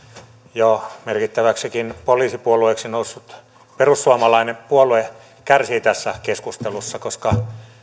jo merkittäväksikin poliisipuolueeksi noussut perussuomalainen puolue kärsii tässä keskustelussa koska